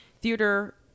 theater